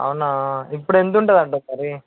అవునా ఇప్పుడు ఎంతు ఉంటుంది అంటావు హరి